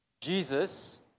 Jesus